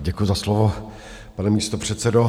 Děkuji za slovo, pane místopředsedo.